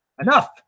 enough